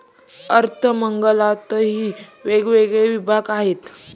अर्थमंत्रालयातही वेगवेगळे विभाग आहेत